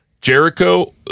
Jericho